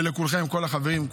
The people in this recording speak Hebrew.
וכולכם, לכל החברים.